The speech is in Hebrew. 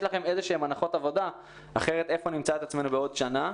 לכם איזשהן הנחות עבודה אחרת איפה נמצא את עצמנו בעוד שנה?